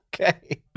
okay